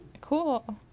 Cool